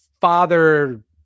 father